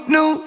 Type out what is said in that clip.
New